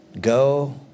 Go